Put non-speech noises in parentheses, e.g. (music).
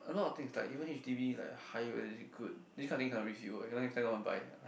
a lot of things like even h_d_b like higher value is it good this kind of thing cannot review you what or not next time want to buy (breath)